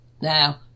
Now